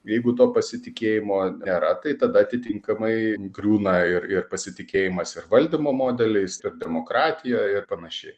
jeigu to pasitikėjimo nėra tai tada atitinkamai griūna ir ir pasitikėjimas ir valdymo modeliais ir demokratija ir panašiai